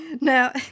Now